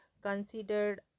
considered